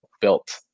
built